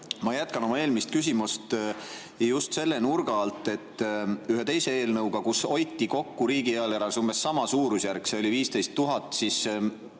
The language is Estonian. Ma jätkan oma eelmist küsimust just selle nurga alt, et kui ühe teise eelnõuga hoiti riigieelarves kokku umbes sama suurusjärk, see oli 15 000, siis